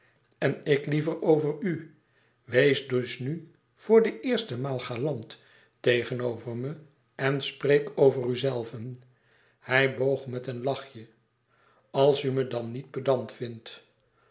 en ik liever over u wees dus nu voor de eerste maal galant louis couperus extaze een boek van geluk tegenover me en spreek over uzelven hij boog met een lachje als u me dan niet pedant vindt